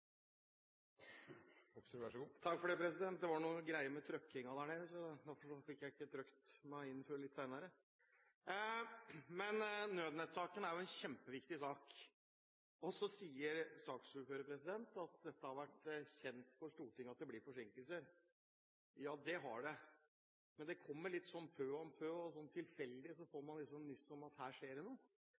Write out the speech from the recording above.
der nede, så jeg fikk ikke registrert meg før litt senere. Nødnettsaken er en kjempeviktig sak. Så sier saksordføreren at det har vært kjent for Stortinget at det blir forsinkelser. Ja, det har det, men det kommer litt pø om pø, og litt tilfeldig får man nyss om at her skjer det